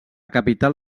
capital